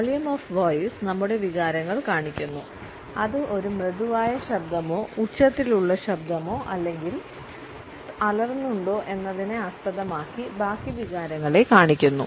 volume of voice നമ്മുടെ വികാരങ്ങൾ കാണിക്കുന്നു അത് ഒരു മൃദുവായ ശബ്ദമോ ഉച്ചത്തിലുള്ള ശബ്ദമോ അല്ലെങ്കിൽ അലറുന്നുണ്ടോ എന്നതിനെ ആസ്പദമാക്കി ബാക്കി വികാരങ്ങളെ കാണിക്കുന്നു